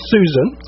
Susan